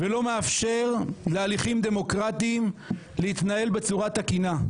ולא מאפשר להליכים דמוקרטיים להתנהל בצורה תקינה.